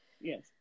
Yes